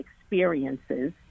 experiences